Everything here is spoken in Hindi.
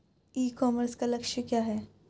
ई कॉमर्स का लक्ष्य क्या है?